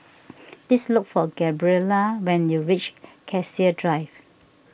please look for Gabriella when you reach Cassia Drive